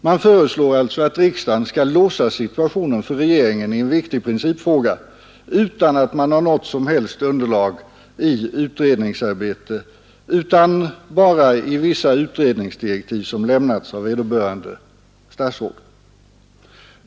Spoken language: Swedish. Man föreslår alltså att riksdagen skall låsa situationen för regeringen i en viktig principfråga trots att det inte finns något som helst underlag i form av utredningsarbete utan bara i vissa utredningsdirektiv som lämnats av vederbörande statsråd.